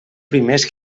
primers